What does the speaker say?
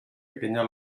pequeña